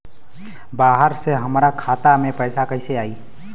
बाहर से हमरा खाता में पैसा कैसे आई?